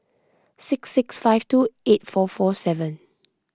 six six five two eight four four seven